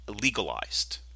legalized